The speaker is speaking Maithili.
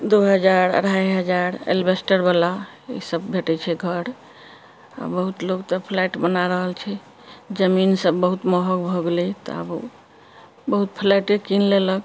दू हजार अढ़ाइ हजार एल्बेस्टरवला ई सभ भेटै छै घर हाँ बहुत लोक तऽ फ्लैट बना रहल छै जमीन सभ बहुत महग भऽ गेलै तऽ आब बहुत फ्लैटे किन लेलक